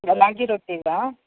ರಾಗಿ ರೊಟ್ಟಿದಾ